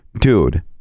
dude